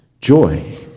Joy